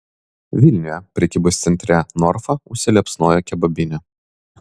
vilniuje prekybos centre norfa užsiliepsnojo kebabinė